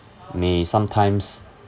may sometimes